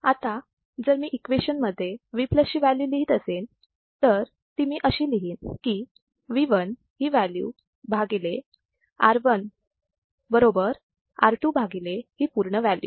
आता जर मी इक्वेशन मध्ये V ची व्हॅल्यू लिहीत असेन तर मी अशी लिहिन की V1 ही व्हॅल्यू भागिले R1 बरोबर R2 भागिले ही पूर्ण व्हॅल्यू